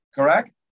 Correct